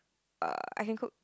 err I can cook